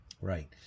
Right